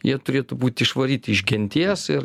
jie turėtų būti išvaryti iš genties ir